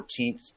14th